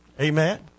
Amen